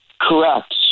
Correct